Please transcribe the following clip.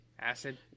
acid